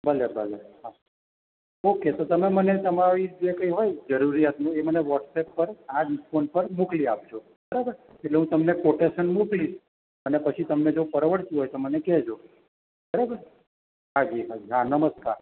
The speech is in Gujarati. ભલે ભલે હા ઓકે તો તમે મને તમારી જે કંઈ હોય જરૂરિયાતની એ મને વ્હોટ્સઅપ પર આ જ ફોન પર મોકલી આપજો બરાબર એટલે હું તમને કોટેશન મોકલીશ અને પછી જો તમને પરવડતું હોય તો મને કહેજો બરાબર હાજી હાજી હા નમસ્કાર